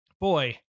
boy